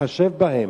להתחשב בהם.